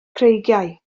creigiau